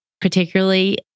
particularly